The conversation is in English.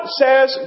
says